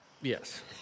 Yes